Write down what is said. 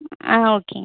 ஆ ஓகேங்க